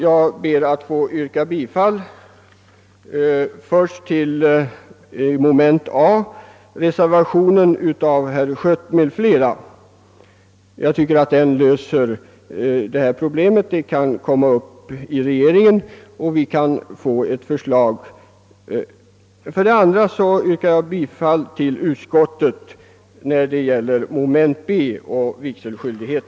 Jag ber att få yrka bifall för det första under mom. a till reservation 1 av herr Schött m.fl. Jag tycker att den löser detta problem så att det kan komma upp i regeringen och vi kan få ett förslag. För det andra yrkar jag bifall till utskottets hemställan under mom. b om vigselskyldighet.